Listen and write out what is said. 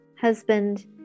husband